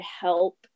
help